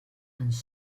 ens